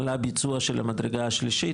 לביצוע של מדרגה שלישית,